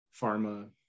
pharma